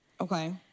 Okay